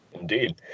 Indeed